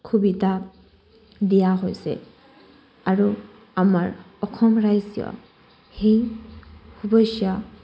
সুবিধা দিয়া হৈছে আৰু আমাৰ অসম ৰাজ্য সেই